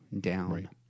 down